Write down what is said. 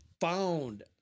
found